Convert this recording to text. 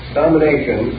domination